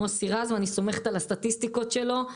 ואני סומכת על הסטטיסטיקות שלו.